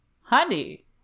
Honey